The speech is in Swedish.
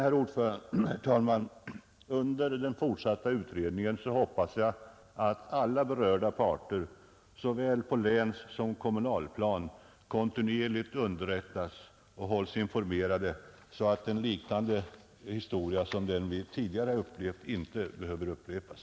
Jag hoppas vidare att under den fortsatta utredningen alla berörda parter såväl på länssom på kommunalplan kontinuerligt hålls informerade, så att en liknande historia som den som vi tidigare upplevt inte behöver upprepas.